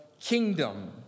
kingdom